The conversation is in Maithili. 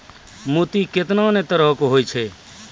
मोती केतना नै तरहो के होय छै